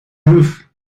roof